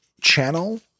channel